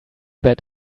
bet